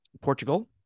portugal